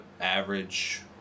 average